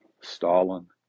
stalin